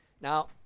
now